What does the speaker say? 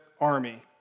army